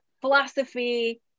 philosophy